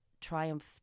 triumph